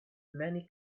many